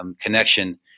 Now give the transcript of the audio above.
connection